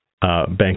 Bank